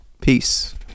Peace